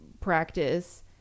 practice